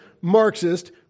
Marxist